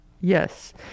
Yes